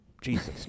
Jesus